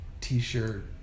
t-shirt